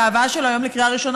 וההבאה שלו היום לקריאה ראשונה,